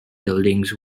buildings